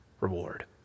reward